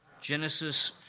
Genesis